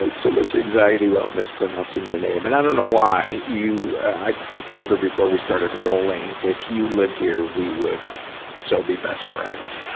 ah so much anxiety about mispronouncing your name. and i don't know why you, i told her before we started rolling, if you lived here, we would so be best friends.